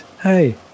hey